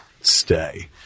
stay